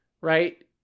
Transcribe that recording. right